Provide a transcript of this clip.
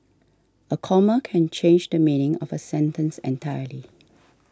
a comma can change the meaning of a sentence entirely